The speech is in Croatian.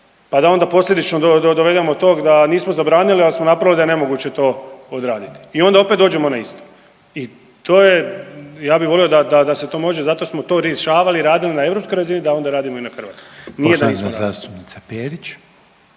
pa da onda posljedično dovedemo do tog da nismo zabranili, ali smo napravili da je nemoguće to odraditi. I onda opet dođemo na isto. I to je ja bih volio da se to može, zato smo to rješavali, radili na europskoj razini da onda radimo i na hrvatskoj. Nije da nismo radili.